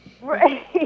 Right